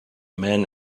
men